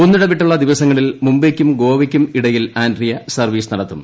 ഒന്നിടവിട്ടുള്ള ദിവസങ്ങളിൽ മുംബൈയ്ക്കും ഗോവയ്ക്കും ഇടയിൽ ആൻഗ്രീയ സർവീസ് നടത്തും